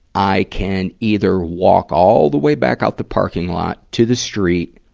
i can either walk all the way back out the parking lot to the street,